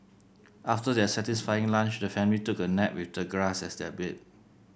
after their satisfying lunch the family took a nap with the grass as their bed